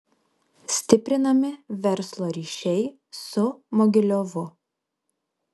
stiprinami verslo ryšiai su mogiliovu